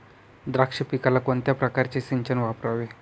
द्राक्ष पिकाला कोणत्या प्रकारचे सिंचन वापरावे?